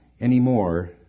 anymore